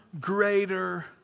greater